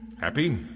Happy